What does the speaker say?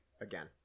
again